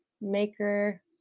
maker